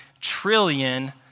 trillion